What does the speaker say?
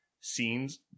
scenes